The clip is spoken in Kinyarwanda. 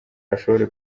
ashobore